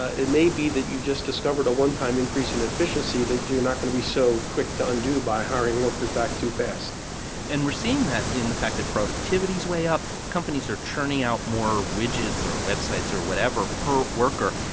it may be that you just discovered a one-time increase in efficiency that you're not going to be so quick to undo by hiring back workers too fast and we're seeing that in the fact that productivity's way up. companies are churning out more widgets or websites or whatever per worker.